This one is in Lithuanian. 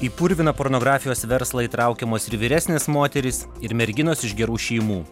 į purviną pornografijos verslą įtraukiamos ir vyresnės moterys ir merginos iš gerų šeimų